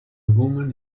woman